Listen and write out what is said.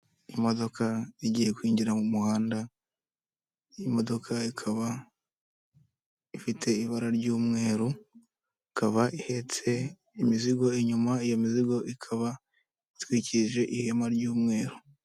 imodoka igiye kwinjira mu muhanda, iyi modoka ikaba ifite ibara ry'umweru, ikaba ihetse imizigo inyuma, iyo mizigo ikaba itwikirije ihema ry'umweru.